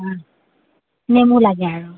নেমু লাগে আৰু